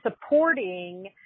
supporting